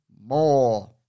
more